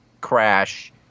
crash